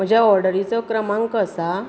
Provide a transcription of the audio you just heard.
म्हज्या ऑडरीचो क्रमांक आसा